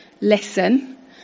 listen